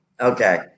okay